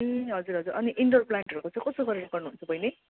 ए हजुर हजुर अनि इन्डोर प्लान्टहरूको चाहिँ कसो गरेर गर्नुहुन्छ बहिनी